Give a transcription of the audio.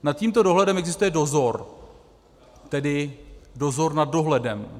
Nad tímto dohledem existuje dozor, tedy dozor nad dohledem.